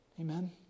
Amen